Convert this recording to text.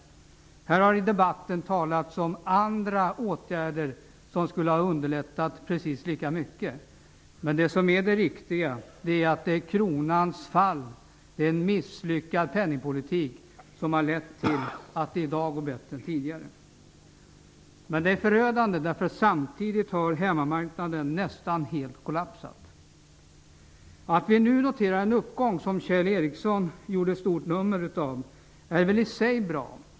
I debatten har det talats om andra åtgärder som skulle ha underlättat precis lika mycket. Men det viktiga är att det är kronans fall, en misslyckad penningpolitik, som har lett till att det i dag går bättre än tidigare. Men det förödande är att samtidigt har hemmamarknaden nästan helt kollapsat. Kjell Ericsson gjorde ett stort nummer av att vi nu noterar en stor uppgång. Det är väl i sig bra.